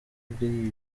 day